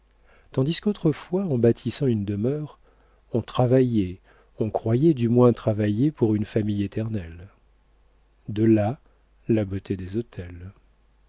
tandis qu'autrefois en bâtissant une demeure on travaillait on croyait du moins travailler pour une famille éternelle de là la beauté des hôtels